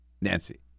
Nancy